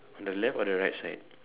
on the left or the right side